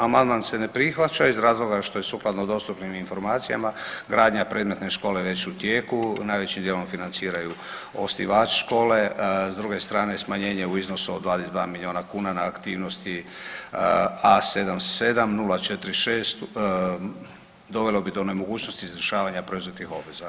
Amandman se ne prihvaća, iz razloga što je sukladno dostupnim informacijama gradnja predmetne škole već u tijeku najvećim dijelom financiraju osnivač škole, s druge strane smanjenje u iznosu od 22 milijuna kuna na aktivnosti A77046 dovelo do bi do nemogućnosti izvršavanja preuzetih obveza.